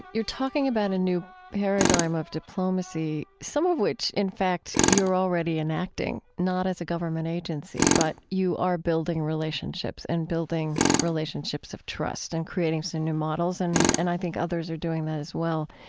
you're talking about a new paradigm of diplomacy, some of which, in fact, you're already enacting, not as a government agency. but you are building relationships and building relationships of trust and creating some new models. and and i think others are doing that as well.